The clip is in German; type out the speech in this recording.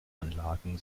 anlagen